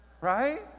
right